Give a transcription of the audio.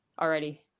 already